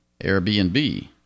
Airbnb